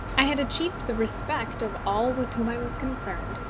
i had achieved the respect of all with whom i was concerned,